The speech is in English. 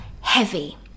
heavy